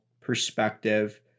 perspective